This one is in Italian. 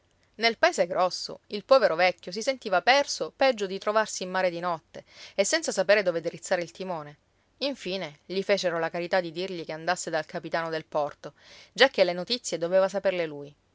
nel paese grosso il povero vecchio si sentiva perso peggio del trovarsi in mare di notte e senza sapere dove drizzare il timone infine gli fecero la carità di dirgli che andasse dal capitano del porto giacché le notizie doveva saperle lui